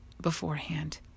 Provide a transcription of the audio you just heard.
beforehand